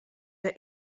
der